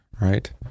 right